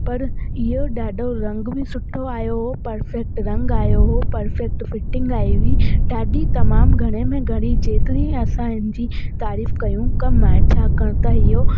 पर इहो ॾाढो रंग बि सुठो आहियो परफेक्ट रंग आहियो हो परफेक्ट फिटिंग आई हुई ॾाढी तमामु घणे में घणी जेतिरी असांजी तारीफ़ु कयूं कम आहे छाकाणि त इहो